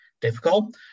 difficult